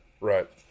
Right